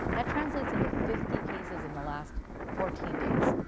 that translates into fifty cases in the last fourteen days.